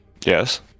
yes